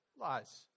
lies